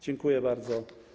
Dziękuję bardzo.